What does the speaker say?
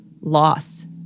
loss